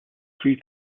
three